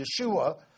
Yeshua